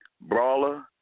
Brawler